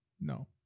no